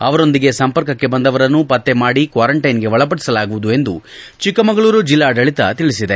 ಅವರೊಂದಿಗೆ ಸಂಪರ್ಕಕ್ಕೆ ಬಂದವರನ್ನು ಪತ್ತೆ ಮಾಡಿ ಕ್ವಾರಂಟ್ಟೆನ್ಗೆ ಒಳಪಡಿಸಲಾಗುವುದು ಎಂದು ಚಿಕ್ಕಮಗಳೂರು ಜಿಲ್ಲಾಡಳಿತ ತಿಳಿಸಿದೆ